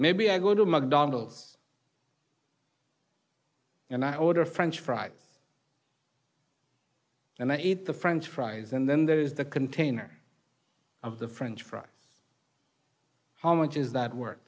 maybe i go to mcdonald's and i order french fries and i eat the french fries and then there is the container of the french fries how much is that work